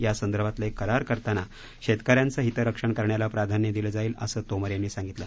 या संदर्भातले करार करताना शेतकऱ्यांचं हितरक्षण करण्याला प्राधान्य दिलं जाईल असं तोमर यांनी सांगितलं